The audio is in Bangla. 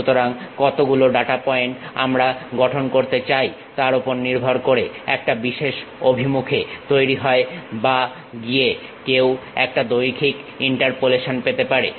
সুতরাং কতগুলো ডাটা পয়েন্ট আমরা গঠন করতে চাই তার ওপর নির্ভর করে একটা বিশেষ অভিমুখে তৈরি করে বা গিয়ে কেউ একটা রৈখিক ইন্টারপোলেশন পেতে পারে